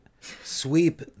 sweep